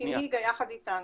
הנהיגה יחד איתנו.